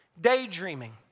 daydreaming